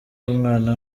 w’umwana